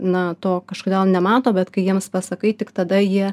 na to kažkodėl nemato bet kai jiems pasakai tik tada jie